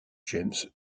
james